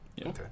Okay